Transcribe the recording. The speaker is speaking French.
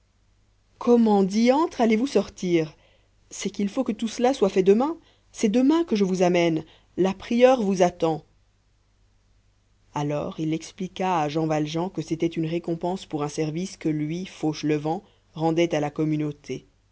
reprit comment di antre allez-vous sortir c'est qu'il faut que tout cela soit fait demain c'est demain que je vous amène la prieure vous attend alors il expliqua à jean valjean que c'était une récompense pour un service que lui fauchelevent rendait à la communauté